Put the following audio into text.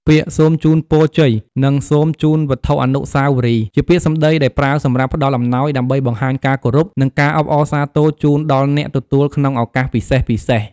ពាក្យ "សូមជូនពរជ័យ" និង "សូមជូនវត្ថុអនុស្សាវរីយ៍" ជាពាក្យសម្តីដែលប្រើសម្រាប់ផ្តល់អំណោយ ដើម្បីបង្ហាញការគោរព និងការអបអរសាទរជូនដល់អ្នកទទួលក្នុងឱកាសពិសេសៗ។